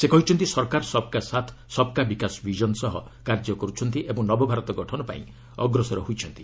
ସେ କହିଛନ୍ତି ସରକାର ସବ୍ କା ସାଥ୍ ସବ୍ କା ବିକାଶ ଭିଜନ୍ ସହ କାର୍ଯ୍ୟ କରୁଛନ୍ତି ଓ ନବଭାରତର ଗଠନ ପାଇଁ ଅଗ୍ରସର ହୋଇଛନ୍ତି